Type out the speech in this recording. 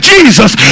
Jesus